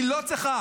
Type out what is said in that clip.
היא לא צריכה.